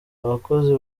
abakozi